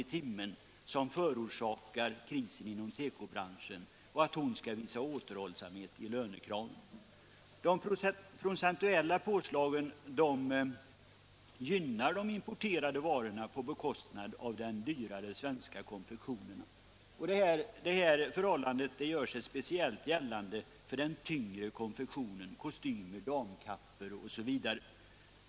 i timmen som förorsakar krisen inom tekobranschen och att hon skall visa återhållsamhet när det gäller lönekraven. De procentuella påslagen gynnar de importerade varorna på bekostnad av den dyrare svenska konfektionen, och det här förhållandet gör sig speciellt gällande beträffande den tyngre konfektionen: kostymer, damkappor m.m.